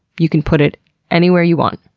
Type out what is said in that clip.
you can put it anywhere you want.